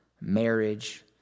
marriage